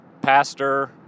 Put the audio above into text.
pastor